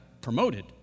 promoted